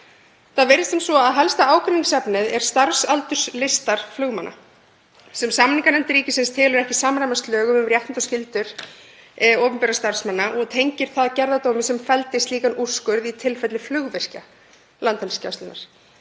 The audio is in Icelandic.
Það virðist sem svo að helsta ágreiningsefnið séu starfsaldurslistar flugmanna sem samninganefnd ríkisins telur ekki samræmast lögum um réttindi og skyldur opinberra starfsmanna og tengir það gerðardómi sem felldi slíkan úrskurð í tilfelli flugvirkja Landhelgisgæslunnar.